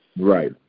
Right